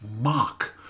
mock